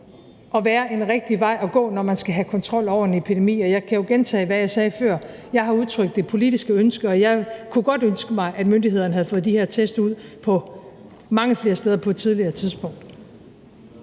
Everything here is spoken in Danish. at være en rigtig vej at gå, når man skal have kontrol over en epidemi. Og jeg kan jo gentage, hvad jeg sagde før: Jeg har udtrykt et politisk ønske, og jeg kunne godt ønske mig, at myndighederne havde fået de her test ud mange flere steder på et tidligere tidspunkt.